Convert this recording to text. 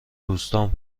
دوستام